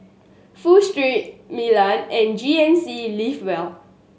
Pho Street Milan and G N C Live well